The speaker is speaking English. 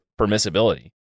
permissibility